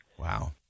Wow